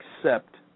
accept